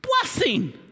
Blessing